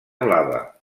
blava